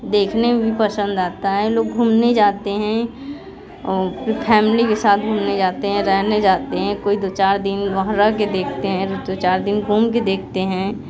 देखने में भी पसंद आता है लोग घूमने जाते हैं और फैमिली के साथ घूमने जाते हैं रहने जाते हैं कोई दो चार दिन वहाँ रह के देखते हैं कोई दो चार दिन घूम के देखते हैं